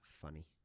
funny